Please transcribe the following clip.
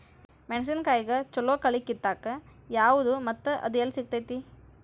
ಮೆಣಸಿನಕಾಯಿಗ ಛಲೋ ಕಳಿ ಕಿತ್ತಾಕ್ ಯಾವ್ದು ಮತ್ತ ಅದ ಎಲ್ಲಿ ಸಿಗ್ತೆತಿ?